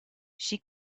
she